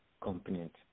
component